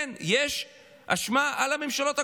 כן, יש אשמה על הממשלות הקודמות,